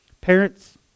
Parents